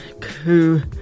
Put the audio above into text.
coup